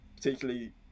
particularly